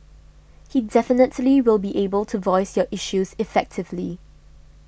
he definitely will be able to voice your issues effectively